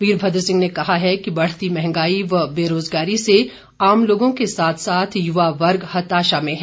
वीरभद्र सिंह ने कहा है कि बढ़ती मंहगाई व बेरोजगारी से आम लोगों के साथ साथ युवा वर्ग हताशा में है